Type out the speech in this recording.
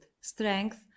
strength